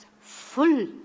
full